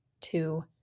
two